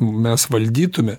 mes valdytume